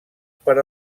per